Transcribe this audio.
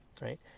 right